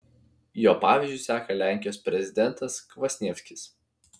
jo pavyzdžiu seka lenkijos prezidentas kvasnievskis